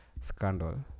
scandal